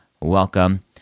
welcome